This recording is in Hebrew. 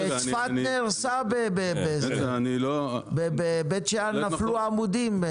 צפת נהרסה, בבית שאן נפלו עמודים.